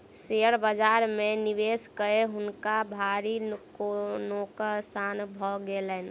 share बाजार में निवेश कय हुनका भारी नोकसान भ गेलैन